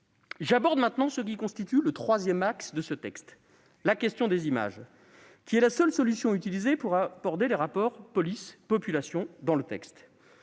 J'aborde maintenant ce qui constitue le troisième axe de ce texte : la question des images, seule solution trouvée pour aborder les rapports entre police et population dans ce texte.